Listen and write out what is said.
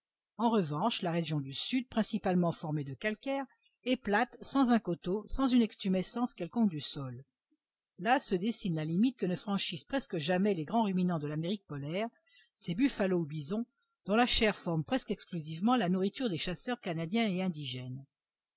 en revanche la région du sud principalement formée de calcaire est plate sans un coteau sans une extumescence quelconque du sol là se dessine la limite que ne franchissent presque jamais les grands ruminants de l'amérique polaire ces buffalos ou bisons dont la chair forme presque exclusivement la nourriture des chasseurs canadiens et indigènes